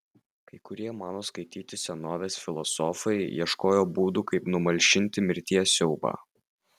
kai kurie mano skaityti senovės filosofai ieškojo būdų kaip numalšinti mirties siaubą